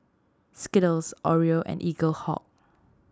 Skittles Oreo and Eaglehawk